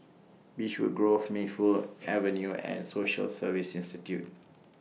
Beechwood Grove Mayfield Avenue and Social Service Institute